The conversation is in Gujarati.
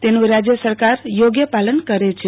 તેનું રાજય સરકાર યોગ્ય પાલન કરે છે